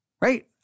right